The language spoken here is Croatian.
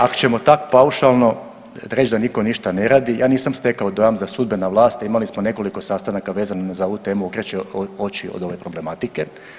Ako ćemo tako paušalno reć da niko ništa ne radi, ja nisam stekao dojam za sudbena vlast, a imali smo nekoliko sastanaka vezanih za ovu temu okreće oči od ove problematike.